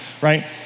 right